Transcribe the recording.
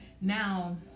Now